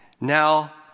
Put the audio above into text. now